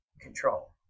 control